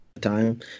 time